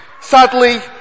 Sadly